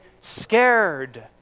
scared